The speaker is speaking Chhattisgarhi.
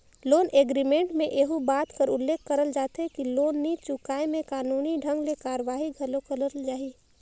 लोन एग्रीमेंट में एहू बात कर उल्लेख करल जाथे कि लोन नी चुकाय में कानूनी ढंग ले कारवाही घलो करल जाही